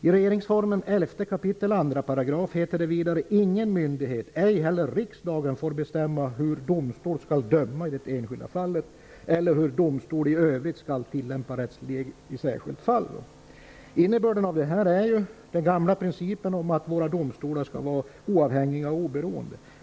I regeringsformens 11 kap. 2 § står: ''Ingen myndighet, ej heller riksdagen, får bestämma, hur domstol skall döma i det enskilda fallet eller hur domstol i övrigt skall tillämpa rättsregel i särskilt fall.'' Innebörden av detta är den gamla principen att våra domstolar skall vara oavhängiga och oberoende.